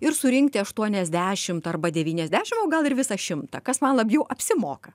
ir surinkti aštuoniasdešimt arba devyniasdešim o gal ir visą šimtą kas man labiau apsimoka